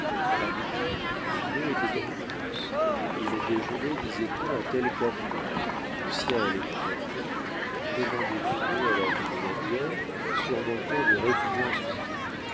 a midi finot était en course il déjeunait disait-on à tel café lucien allait au café demandait finot à la limonadière en surmontant des répugnances inouïes